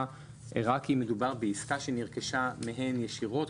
רק אם מדובר בעסקה שנרכשה מהן ישירות,